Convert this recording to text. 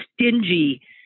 stingy